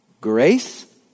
Grace